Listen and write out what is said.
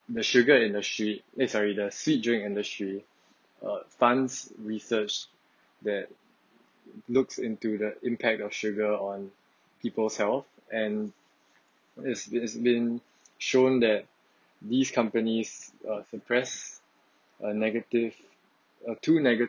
the sugar industry eh sorry the sweet drink industry uh funds research that looks into the impact of sugar on people's health and it's it's been shown that these companies uh suppress uh negative uh too negative